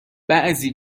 بعضی